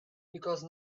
because